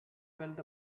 built